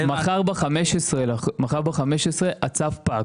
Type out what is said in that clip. מחר ב-15 לחודש תוקף הצו פג.